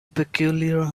peculiar